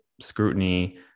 scrutiny